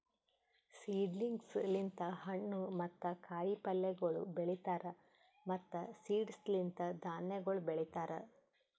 seedlings ಲಿಂತ್ ಹಣ್ಣು ಮತ್ತ ಕಾಯಿ ಪಲ್ಯಗೊಳ್ ಬೆಳೀತಾರ್ ಮತ್ತ್ ಸೀಡ್ಸ್ ಲಿಂತ್ ಧಾನ್ಯಗೊಳ್ ಬೆಳಿತಾರ್